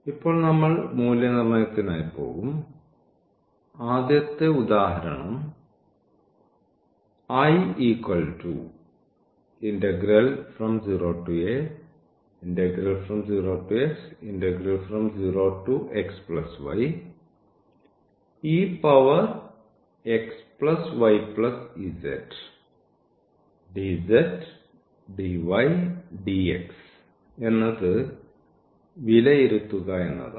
ഇപ്പോൾ നമ്മൾ മൂല്യനിർണ്ണയത്തിനായി പോകും ആദ്യത്തെ ഉദാഹരണം എന്നത് വിലയിരുത്തുക എന്നതാണ്